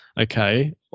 okay